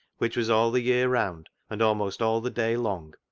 which was all the year round, and almost all the day long,